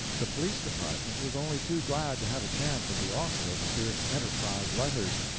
the police department was only too glad to have a chance at the author of the fierce enterprise letters,